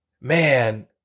Man